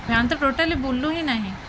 fan ତ totally ବୁଲୁ ହିଁ ନାହିଁ